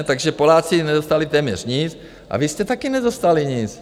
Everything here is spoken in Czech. Takže Poláci nedostali téměř nic a vy jste také nedostali nic.